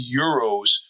euros